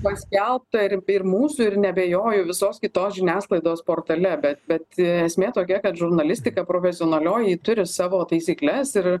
paskelbta ir ir mūsų ir neabejoju visos kitos žiniasklaidos portale bet bet esmė tokia kad žurnalistika profesionalioji ji turi savo taisykles ir